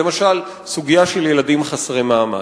למשל, סוגיה של ילדים חסרי מעמד,